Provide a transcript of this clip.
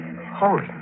Holy